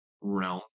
realm